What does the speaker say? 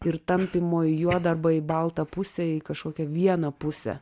ir tampymo į juodą arba į baltą pusę į kažkokią vieną pusę